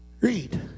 read